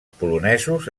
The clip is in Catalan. polonesos